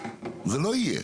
זה לא יהיה.